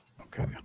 Okay